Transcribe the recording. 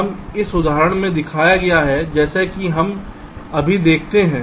यह इस उदाहरण में दिखाया गया है जैसा कि हम अभी देखते हैं